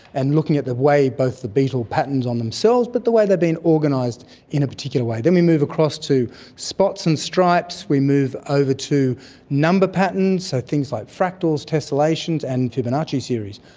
and looking at the way both the beetle patterns on themselves but the way they've been organised in a particular way. then we move across to spots and stripes, we move over to number patterns, so things like fractals, tessellations and fibonacci series.